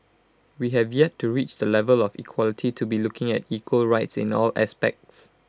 we have yet to reach the level of equality to be looking at equal rights in all aspects